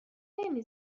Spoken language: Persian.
نمی